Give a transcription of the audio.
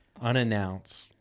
unannounced